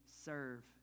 serve